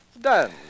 done